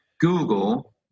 Google